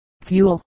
fuel